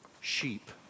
sheep